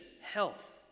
health